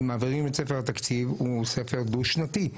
אם מעבירים את ספר התקציב, הוא ספר דו שנתי.